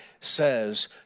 says